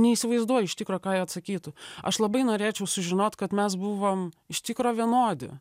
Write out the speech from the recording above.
neįsivaizduoju iš tikro ką jie atsakytų aš labai norėčiau sužinot kad mes buvom iš tikro vienodi